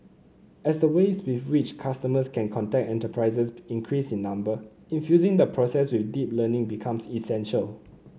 as the ways with which customers can contact enterprises increase in number infusing the process with deep learning becomes essential